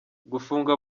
gufunga